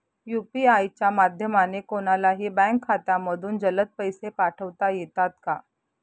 UPI च्या माध्यमाने कोणलाही बँक खात्यामधून जलद पैसे पाठवता येतात का?